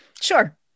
Sure